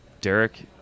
derek